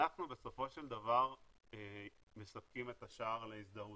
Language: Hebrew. אנחנו בסופו של דבר מספקים את השער להזדהות.